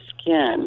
skin